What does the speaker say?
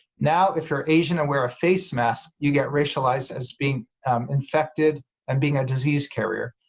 now if you're asian and wear a face mask you get racialized as being infected and being a disease carrier,